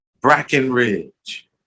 Brackenridge